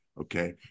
okay